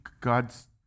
god's